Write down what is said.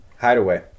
Hideaway